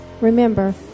Remember